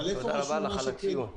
תודה רבה לך על הציון.